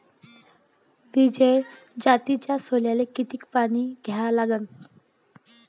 विजय जातीच्या सोल्याले किती पानी द्या लागन?